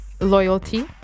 Loyalty